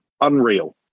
unreal